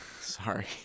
sorry